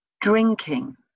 drinking